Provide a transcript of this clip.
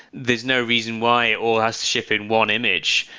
there's no reason why or has to ship in one image.